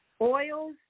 oils